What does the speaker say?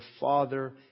father